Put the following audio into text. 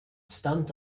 stunt